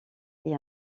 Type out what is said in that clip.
est